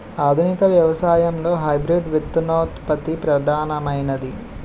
ఆధునిక వ్యవసాయంలో హైబ్రిడ్ విత్తనోత్పత్తి ప్రధానమైనది